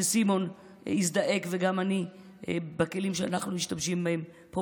שסימון הזדעק וגם אני על כלים שאנחנו משתמשים בהם פה,